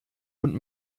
und